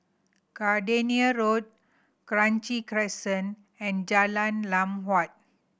Gardenia Road Kranji Crescent and Jalan Lam Huat